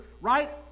right